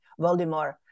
Voldemort